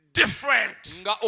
different